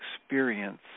experience